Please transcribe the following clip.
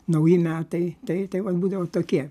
nauji metai tai tai vat būdavo tokie